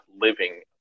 living